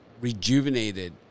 rejuvenated